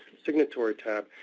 signatory tab.